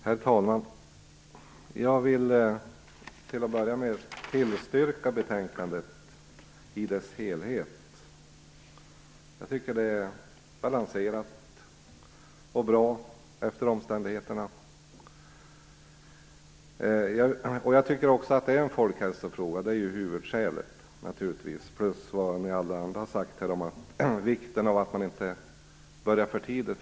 Herr talman! Jag vill till att börja med tillstyrka betänkandet i dess helhet. Jag tycker att det är ett balanserat och efter omständigheterna bra betänkande. Jag tycker också att detta är en folkhälsofråga. Det är naturligtvis huvudskälet tillika med det alla ni andra har sagt här om vikten av att man inte börjar röka för tidigt.